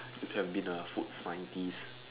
you could have been a food scientist